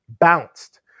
bounced